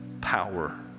power